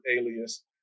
alias